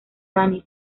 dani